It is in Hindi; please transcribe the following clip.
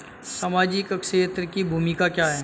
सामाजिक क्षेत्र की भूमिका क्या है?